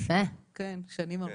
שנים ארוכות.